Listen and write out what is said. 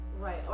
Right